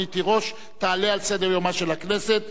רונית תירוש תעלה על סדר-יומה של הכנסת.